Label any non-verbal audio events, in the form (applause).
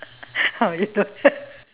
how I know (laughs)